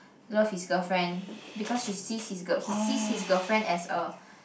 love his girlfriend because she sees his he sees his girlfriend as a